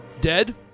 dead